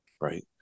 right